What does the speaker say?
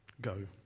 go